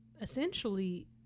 essentially